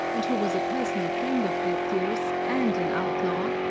and who was a personal friend of grettir's, and an outlaw,